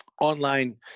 online